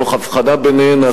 תוך הבחנה ביניהן,